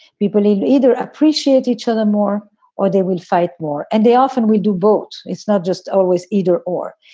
people either appreciate each other more or they will fight more. and they often we do both. it's not just always either or.